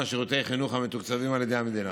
שירותי חינוך המתוקצבים על ידי המדינה,